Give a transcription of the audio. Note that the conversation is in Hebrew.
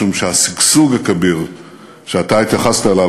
משום שהשגשוג הכביר שאתה התייחסת אליו,